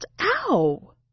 OW